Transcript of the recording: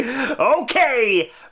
Okay